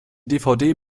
dvd